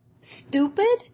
stupid